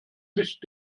licht